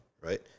right